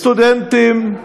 סטודנטים,